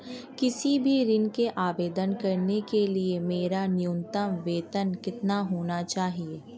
किसी भी ऋण के आवेदन करने के लिए मेरा न्यूनतम वेतन कितना होना चाहिए?